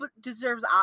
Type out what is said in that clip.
deserves